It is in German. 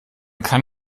kann